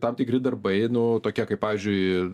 tam tikri darbai nu tokie kaip pavyzdžiui